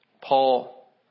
Paul